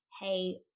Hey